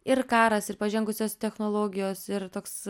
ir karas ir pažengusios technologijos ir toks